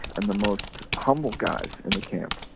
and the most humble guys in the camp,